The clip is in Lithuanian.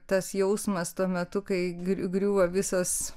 tas jausmas tuo metu kai griu griūva visos